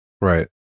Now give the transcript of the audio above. Right